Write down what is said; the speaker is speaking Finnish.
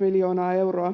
miljoonaa euroa.